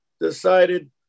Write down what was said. decided